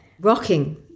rocking